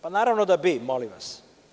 Naravno da bi, molim vas.